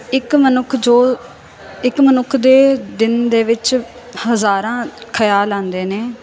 ਇੱਕ ਮਨੁੱਖ ਜੋ ਇੱਕ ਮਨੁੱਖ ਦੇ ਦਿਨ ਦੇ ਵਿੱਚ ਹਜ਼ਾਰਾਂ ਖਿਆਲ ਆਉਂਦੇ ਨੇ